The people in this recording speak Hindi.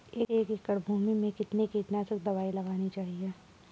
एक एकड़ भूमि में कितनी कीटनाशक दबाई लगानी चाहिए?